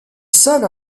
seul